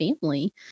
family